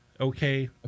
okay